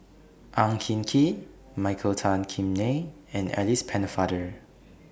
Ang Hin Kee Michael Tan Kim Nei and Alice Pennefather